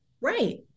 Right